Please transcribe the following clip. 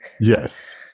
Yes